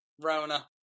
Rona